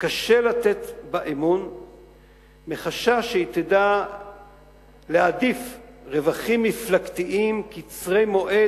וקשה לתת בה אמון מחשש שהיא תדע להעדיף רווחים מפלגתיים קצרי מועד,